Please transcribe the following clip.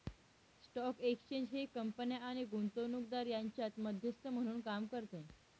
stock exchange हे कंपन्या आणि गुंतवणूकदार यांच्यात मध्यस्थ म्हणून काम करते